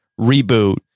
reboot